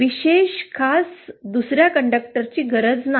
विशेष खास दुस या कंडक्टरची गरज नाही